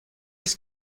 است